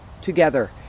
together